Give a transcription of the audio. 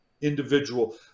individual